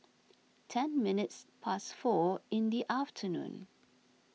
ten minutes past four in the afternoon